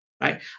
right